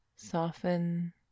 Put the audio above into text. Soften